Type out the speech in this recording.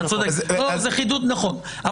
אתה צודק, זה חידוד נכון.